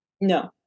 No